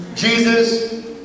Jesus